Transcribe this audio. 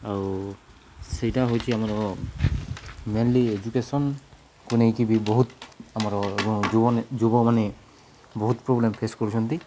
ଆଉ ସେଇଟା ହଉଛି ଆମର ମେନ୍ଲି ଏଜୁକେସନ୍କୁ ନେଇକି ବି ବହୁତ ଆମର ଯୁବନ ଯୁବମାନେ ବହୁତ ପ୍ରୋବ୍ଲେମ୍ ଫେସ୍ କରୁଛନ୍ତି